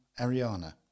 Ariana